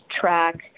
track